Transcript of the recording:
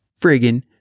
friggin